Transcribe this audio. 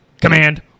Command